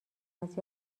است